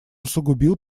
усугубил